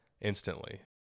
Instantly